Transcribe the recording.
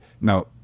now